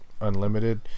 Unlimited